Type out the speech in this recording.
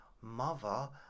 mother